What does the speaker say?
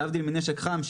להבדיל מנשק חם,